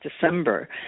December